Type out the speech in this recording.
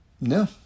No